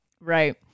Right